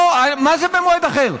לא, מה זה במועד אחר?